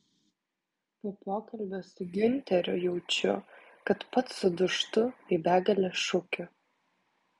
po pokalbio su giunteriu jaučiu kad pats sudūžtu į begalę šukių